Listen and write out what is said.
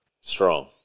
strong